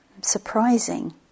surprising